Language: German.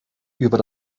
über